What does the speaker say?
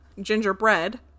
gingerbread